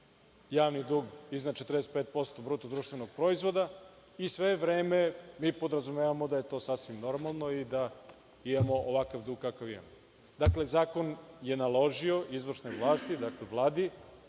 javni dug za 45% bruto društvenog proizvoda i sve vreme mi podrazumevamo da je to sasvim normalno i da imamo ovakav dug kakav imamo. Dakle, zakon je naložio izvršnoj vlasti, Vladi,